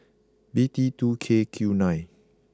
B T two K Q nine